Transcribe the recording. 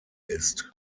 ist